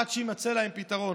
עד שיימצא להם פתרון.